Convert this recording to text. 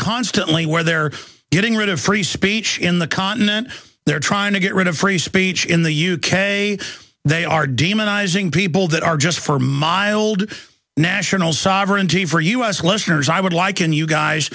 constantly where they're getting rid of free speech in the continent they're trying to get rid of free speech in the u k they are demonizing people that are just for mild national sovereignty for us listeners i would liken you guys